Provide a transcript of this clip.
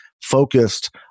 focused